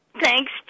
Thanks